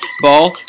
Ball